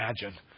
imagine